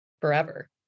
forever